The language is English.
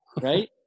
right